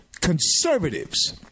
conservatives